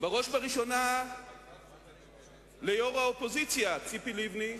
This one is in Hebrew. ובראש ובראשונה ליושבת-ראש האופוזיציה ציפי לבני,